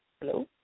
Hello